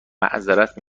معذرت